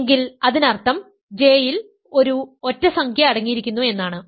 എങ്കിൽ അതിനർത്ഥം J യിൽ ഒരു ഒറ്റസംഖ്യ അടങ്ങിയിരിക്കുന്നു എന്നാണ്